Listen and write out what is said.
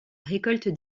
récolte